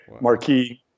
marquee